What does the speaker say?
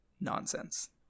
nonsense